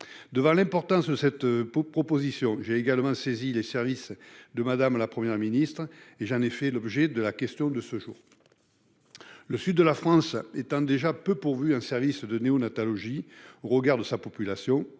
Devant l'importance de cette proposition, j'ai également saisi les services de Mme la Première ministre et j'en ai fait l'objet de la question de ce jour. Le sud de la France étant déjà peu pourvu en services de néonatalogie au regard de sa population,